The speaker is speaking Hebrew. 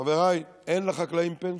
חבריי, אין לחקלאים פנסיה.